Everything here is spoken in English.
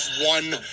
one